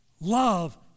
Love